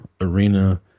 arena